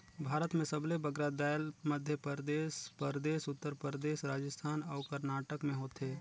भारत में सबले बगरा दाएल मध्यपरदेस परदेस, उत्तर परदेस, राजिस्थान अउ करनाटक में होथे